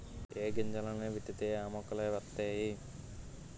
ఏ గింజల్ని విత్తితే ఆ మొక్కలే వతైయి